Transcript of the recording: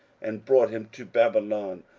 and brought him to babylon,